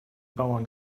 bauern